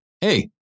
Hey